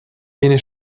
tiene